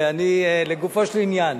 אני לגופו של עניין.